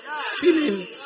feeling